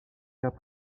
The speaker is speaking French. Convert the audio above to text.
cas